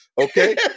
okay